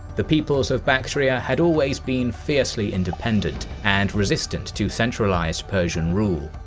the peoples of bactria had always been fiercely independent and resistant to centralized persian rule.